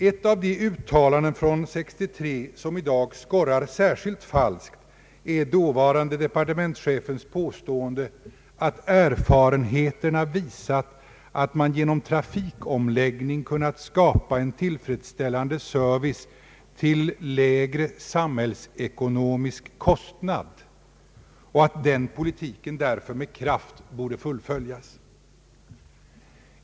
Ett av de uttalanden från år 1963 som i dag skorrar särskilt falskt är dåvarande departementschefens påstående, att erfarenheterna visat att man genom trafikomläggning kunnat skapa en tillfredsställande service till lägre samhällsekonomisk kostnad och att den politiken därför med kraft borde fullföljas.